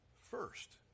first